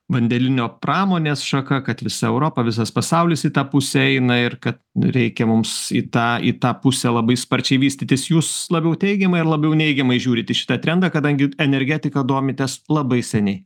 vandenilio pramonės šaka kad visa europa visas pasaulis į tą pusę eina ir kad reikia mums į tą į tą pusę labai sparčiai vystytis jūs labiau teigiamai ar labiau neigiamai žiūrit į šitą trendą kadangi energetika domitės labai seniai